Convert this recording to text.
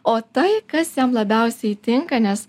o tai kas jam labiausiai tinka nes